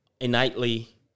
innately